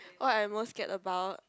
what I'm most scared about